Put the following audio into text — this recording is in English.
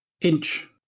inch